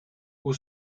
who